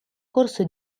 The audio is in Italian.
corso